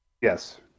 Yes